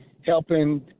helping